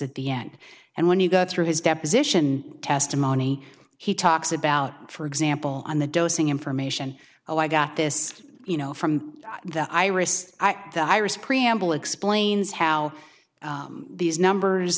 at the end and when you go through his deposition testimony he talks about for example on the dosing information oh i got this you know from the iris the iris preamble explains how these numbers